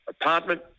apartment